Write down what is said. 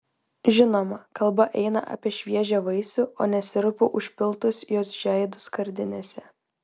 žinoma kalba eina apie šviežią vaisių o ne sirupu užpiltus jos žeidus skardinėse